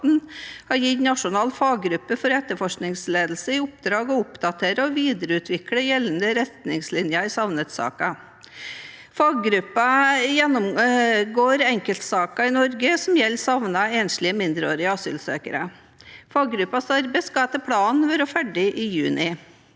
har gitt Nasjonal faggruppe for etterforskningsledelse i oppdrag å oppdatere og videreutvikle gjeldende retningslinjer i savnet-saker. Faggruppen gjennomgår enkeltsaker i Norge som gjelder savnede enslige mindreårige asylsøkere. Faggruppens arbeid skal etter planen være ferdig i juni.